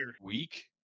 week